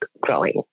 growing